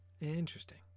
Interesting